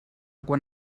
quan